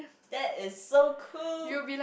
that is so cool